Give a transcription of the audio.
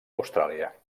austràlia